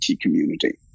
community